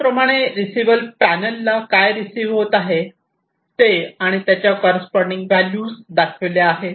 त्याचप्रमाणे रिसिवर पॅनलला काय रिसीव्ह होत आहे ते आणि त्यांच्या कॉररेस्पॉन्डिन्ग व्हॅल्यू दाखविल्या आहेत